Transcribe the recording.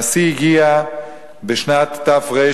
והשיא הגיע בשנת ת"ר,